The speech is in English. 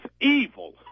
evil